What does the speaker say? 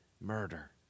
murder